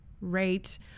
right